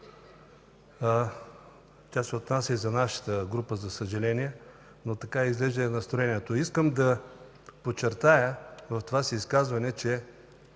Тя се отнася и за нашата група, за съжаление, но такова изглежда е настроението. Искам да подчертая в това си изказване, че